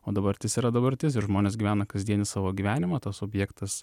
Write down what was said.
o dabartis yra dabartis ir žmonės gyvena kasdienį savo gyvenimą tas objektas